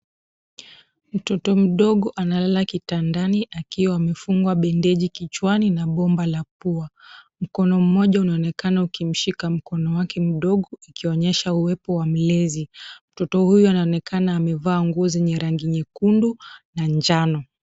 Mtoto mdogo analala kitandani, akiwa amefungwa bendeji kichwani, na bomba la pua. Mkono mmoja unaonekana ukimshika mkono wake mdogo, ikionyesha uwepo wa mlezi. Mtoto huyu anaonekana amevaa nguo zenye rangi nyekundu, na njano.